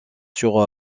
sur